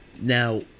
now